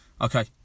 Okay